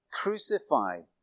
crucified